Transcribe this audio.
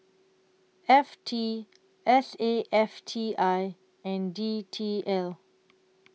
F T S A F T I and D T L